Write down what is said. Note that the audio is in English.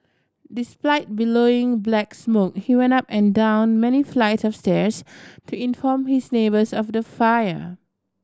despite billowing black smoke he went up and down many flights of stairs to inform his neighbours of the fire